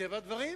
מטבע הדברים,